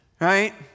right